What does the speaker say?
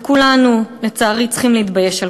כולנו, לצערי, צריכים להתבייש על